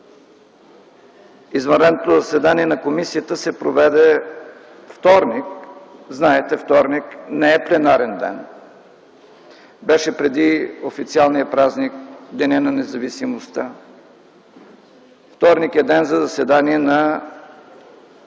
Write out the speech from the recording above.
Извънредното заседание на комисията се проведе във вторник. Знаете, че вторник не е пленарен ден. То беше преди официалния празник – Денят на независимостта. Вторник е ден за заседания на